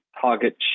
target